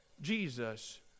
Jesus